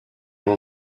will